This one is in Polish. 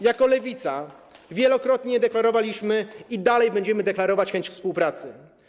Jako Lewica wielokrotnie deklarowaliśmy i dalej będziemy deklarować chęć współpracy.